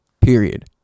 period